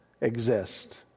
exist